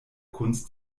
kunst